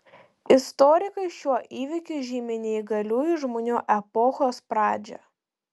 istorikai šiuo įvykiu žymi neįgaliųjų žmonių epochos pradžią